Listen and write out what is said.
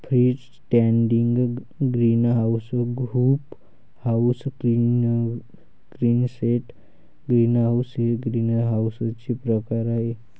free standing greenhouse, hoop house, Quonset greenhouse हे ग्रीनहाऊसचे प्रकार आहे